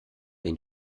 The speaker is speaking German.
den